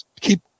keep